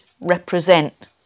represent